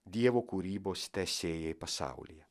dievo kūrybos tęsėjai pasaulyje